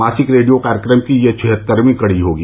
मासिक रेडियो कार्यक्रम की यह छिहत्तरवीं कड़ी होगी